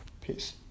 Peace